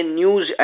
news